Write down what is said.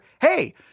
hey